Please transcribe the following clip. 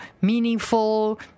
meaningful